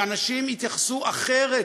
שאנשים יתייחסו אחרת,